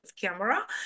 camera